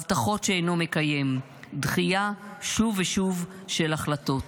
הבטחות שאינו מקיים, דחייה שוב ושוב של החלטות.